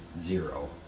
zero